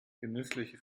genüsslich